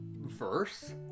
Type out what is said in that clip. verse